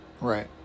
Right